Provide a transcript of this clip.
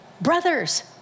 Brothers